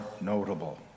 notable